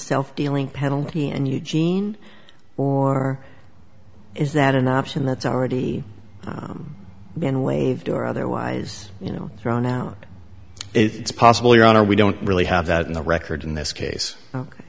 self dealing penalty and eugene or is that an option that's already been waived or otherwise you know thrown out it's possible ya know we don't really have that in the records in this case